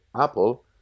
Apple